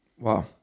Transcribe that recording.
Wow